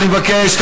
אני מבקש.